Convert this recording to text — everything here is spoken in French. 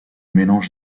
mélanges